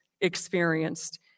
experienced